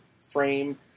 frame